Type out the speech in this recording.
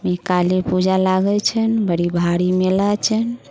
मे काली पूजा लागल छनि बड़ी भारी मेला छनि